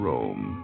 Rome